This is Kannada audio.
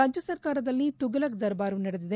ರಾಜ್ಯ ಸರ್ಕಾರದಲ್ಲಿ ತುಫಲಕ್ ದರ್ಬಾರು ನಡೆದಿದೆ